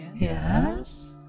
Yes